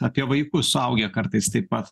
apie vaikus suaugę kartais taip pat